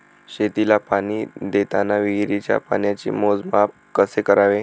शेतीला पाणी देताना विहिरीच्या पाण्याचे मोजमाप कसे करावे?